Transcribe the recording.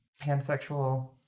pansexual